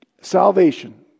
Salvation